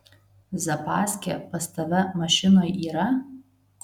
zapaskė pas tave mašinoj yra